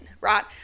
right